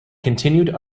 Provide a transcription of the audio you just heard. continued